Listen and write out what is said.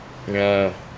ya